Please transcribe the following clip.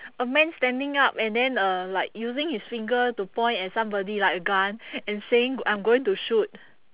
a man standing up and then uh like using his finger to point at somebody like a gun and saying I'm going to shoot